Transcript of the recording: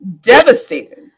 devastated